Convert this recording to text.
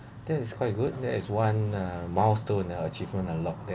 that is quite good there is one uh milestone achievement unlock there